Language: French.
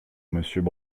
monsieur